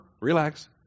relax